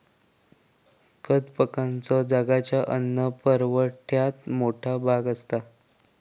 कंद पिकांचो जगाच्या अन्न पुरवठ्यात मोठा भाग आसा